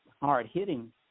hard-hitting